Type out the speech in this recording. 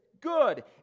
good